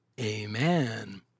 Amen